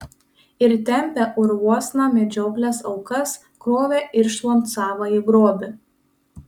ir tempė urvuosna medžioklės aukas krovė irštvon savąjį grobį